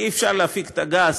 אי-אפשר להפיק את הגז